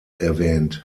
erwähnt